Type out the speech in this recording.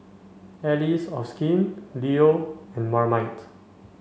Allies of Skin Leo and Marmite